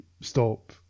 stop